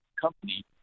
company